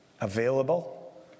available